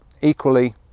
Equally